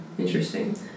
Interesting